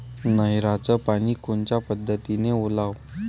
नयराचं पानी कोनच्या पद्धतीनं ओलाव?